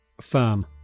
firm